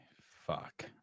fuck